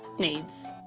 needs.